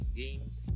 games